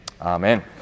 Amen